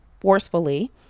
forcefully